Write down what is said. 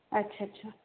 अच्छा अच्छा